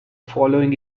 following